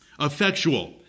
effectual